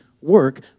work